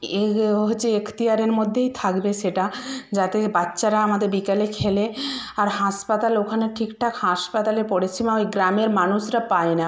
এই হচ্ছে এক্তিয়ারের মধ্যেই থাকবে সেটা যাতে বাচ্চারা আমাদের বিকালে খেলে আর হাসপাতাল ওখানে ঠিকঠাক হাসপাতালের পরিষেবা ওই গ্রামের মানুষরা পায় না